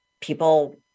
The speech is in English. people